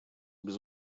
без